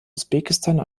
usbekistan